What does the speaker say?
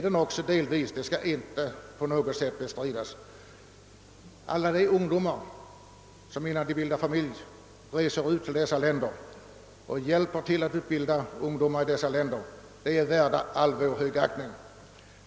Det är också delvis riktigt, det skall jag inte på något sätt bestrida. De ungdomar som innan de bildar familj reser ut och hjälper till att utbilda ungdomar i dessa länder är värda all vår högaktning.